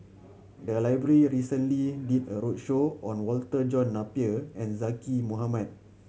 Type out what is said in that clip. the library recently did a roadshow on Walter John Napier and Zaqy Mohamad